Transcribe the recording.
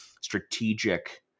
strategic